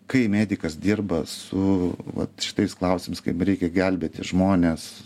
kai medikas dirba su vat šitais klausimais kai jam reikia gelbėti žmones